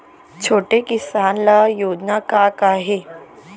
छोटे किसान ल योजना का का हे?